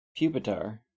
Pupitar